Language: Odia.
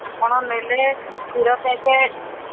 ଆପଣ ନେଲେ କ୍ଷୀର ପ୍ୟାକେଟ୍